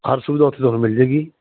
ਹਰ ਸੁਵਿਧਾ ਓਥੇ ਤੁਹਾਨੂੰ ਮਿਲਜੇਗੀ